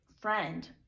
friend